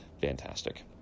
Fantastic